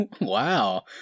wow